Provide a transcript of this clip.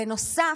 בנוסף,